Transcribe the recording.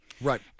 Right